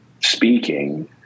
speaking